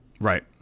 Right